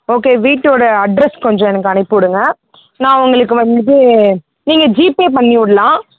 okay வீட்டோடய address கொஞ்சம் எனக்கு அனுப்பி விடுங்க நான் உங்களுக்கு வந்துட்டு நீங்கள் ஜிபே பண்ணி விட்லாம்